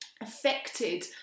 affected